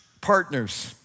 partners